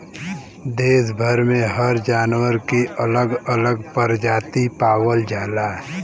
देस भर में हर जानवर के अलग अलग परजाती पावल जाला